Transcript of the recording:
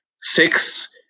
six